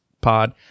pod